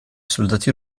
soldati